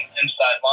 inside